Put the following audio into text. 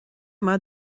mar